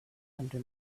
under